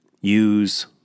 Use